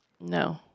No